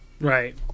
Right